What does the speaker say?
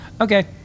Okay